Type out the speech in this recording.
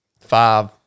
five